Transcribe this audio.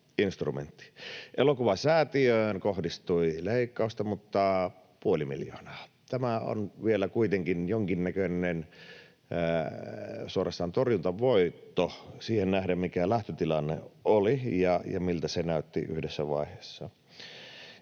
Elokuvasäätiöön kohdistui leikkausta, mutta puoli miljoonaa. Tämä on vielä kuitenkin suorastaan jonkinnäköinen torjuntavoitto siihen nähden, mikä lähtötilanne oli ja miltä se näytti yhdessä vaiheessa.